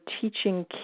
teaching